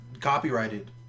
copyrighted